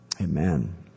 Amen